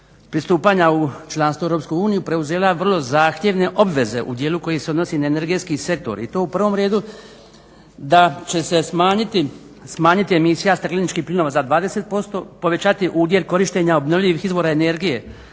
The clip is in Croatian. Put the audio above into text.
pristupanja u članstvu u Europsku uniju preuzela vrlo zahtjevne obveze u dijelu koji se odnosi na energetski sektor i to u prvom redu da će se smanjiti emisija stakleničkih plinova za 20%, povećati udjel korištenja obnovljivih izvora energije